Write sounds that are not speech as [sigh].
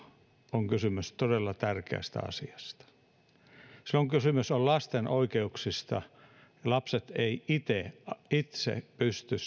on kysymys todella tärkeästä asiasta silloin kun kysymys on lasten oikeuksista niin lapset eivät itse pysty [unintelligible]